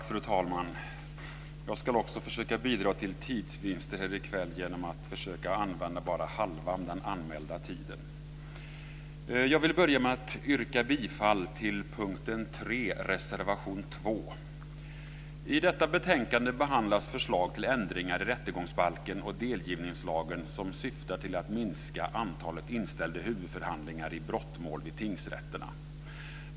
Fru talman! Jag ska också försöka bidra till tidsvinster här i kväll genom att bara använda halva den anmälda talartiden. Jag vill börja med att yrka bifall till punkten 3 reservation 2. I detta betänkande behandlas förslag till ändringar i rättegångsbalken och delgivningslagen som syftar till att minska antalet inställda huvudförhandlingar i brottmål vid tingsrätterna.